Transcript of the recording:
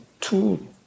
two